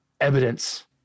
evidence